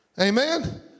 Amen